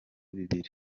bibiri